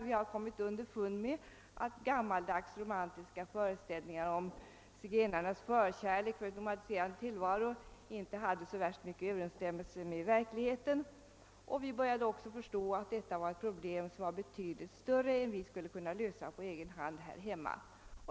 Vi hade kommit underfund med att gammaldags romantiska föreställningar om zigenarnas förkärlek för en nomadiserande tillvaro inte hade så värst stor överensstämmelse med verkligheten, och vi började också förstå att detta problem var mycket för stort för att vi skulle kunna lösa det på egen hand.